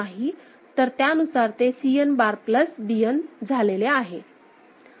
तर त्यानुसार ते Cn बार प्लस Bn झाले आहे